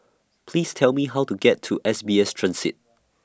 Please Tell Me How to get to S B S Transit